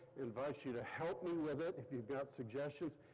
invite you to help me with it if you've got suggestions,